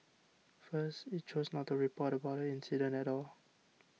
first it chose not to report about the incident at all